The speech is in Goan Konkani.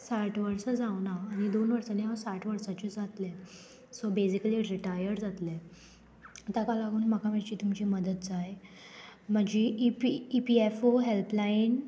साठ वर्सां जावं ना आनी दोन वर्सांनी हांव साठ वर्साचें जातलें सो बेजिकली रिटायर्ड जातलें ताका लागून म्हाका मातशी तुमची मदत जाय म्हाजी EP E P F O helpline